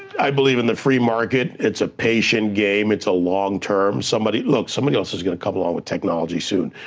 i believe in the free market. it's a patient game, it's a long-term. somebody, look, somebody else is gonna come along with technology soon.